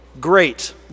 great